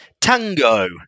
Tango